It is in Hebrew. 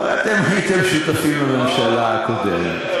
הרי אתם הייתם שותפים בממשלה הקודמת,